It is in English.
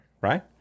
right